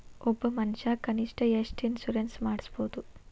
ಒಬ್ಬ ಮನಷಾ ಕನಿಷ್ಠ ಎಷ್ಟ್ ಇನ್ಸುರೆನ್ಸ್ ಮಾಡ್ಸ್ಬೊದು?